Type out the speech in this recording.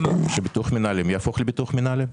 שביטוח מנהלים יהפוך לביטוח מנהלים.